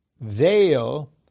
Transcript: veil